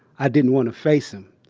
i didn't want to face him.